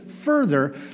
further